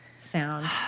sound